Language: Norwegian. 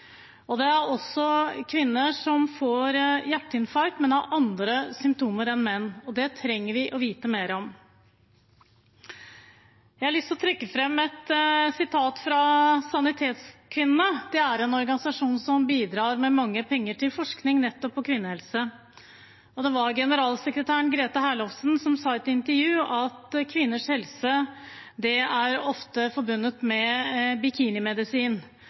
og multippel sklerose. Det er kvinner som får hjerteinfarkt, men har andre symptomer enn menn, og det trenger vi å vite mer om. Jeg har lyst til å trekke fram et sitat fra Sanitetskvinnene. Det er en organisasjonen som bidrar med mange penger til forskning på nettopp kvinnehelse. Generalsekretæren Grete Herlofson sa i et intervju at kvinners helse ofte er forbundet med bikinimedisin: